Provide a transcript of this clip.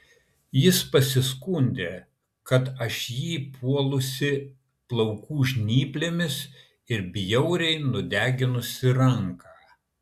jis pasiskundė kad aš jį puolusi plaukų žnyplėmis ir bjauriai nudeginusi ranką